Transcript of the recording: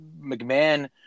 McMahon